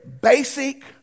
basic